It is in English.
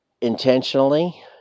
intentionally